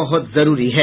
बहुत जरूरी है